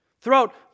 Throughout